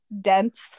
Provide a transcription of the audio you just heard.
Dense